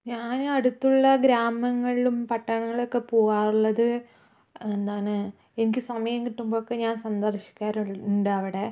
ഞാൻ അടുത്തുള്ള ഗ്രാമങ്ങളിലും പട്ടങ്ങളിലും ഒക്കെ പോകാറുള്ളത് എന്താണ് എനിക്ക് സമയം കിട്ടുമ്പോളൊക്കെ ഞാൻ സന്ദർശിക്കാറുണ്ട് അവിടെ